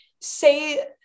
say